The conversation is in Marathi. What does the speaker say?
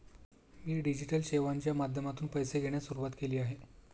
मी डिजिटल सेवांच्या माध्यमातून पैसे घेण्यास सुरुवात केली आहे